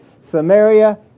Samaria